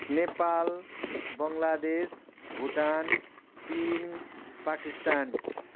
Nepal Bangladesh Bhutan चिन पाकिस्तान